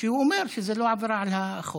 שאומר שזו אינה עבירה על החוק.